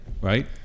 right